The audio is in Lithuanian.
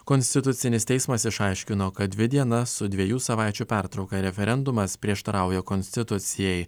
konstitucinis teismas išaiškino kad dvi dienas su dviejų savaičių pertrauką referendumas prieštarauja konstitucijai